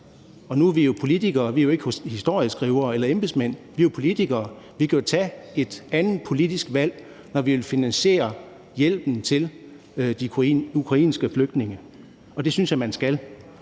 men nu er vi jo politikere – vi er jo ikke historieskrivere eller embedsmænd – og vi kan tage et andet politisk valg, når vi vil finansiere hjælpen til de ukrainske flygtninge, og det synes jeg man skal.